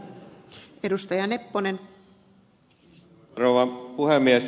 arvoisa rouva puhemies